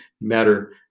matter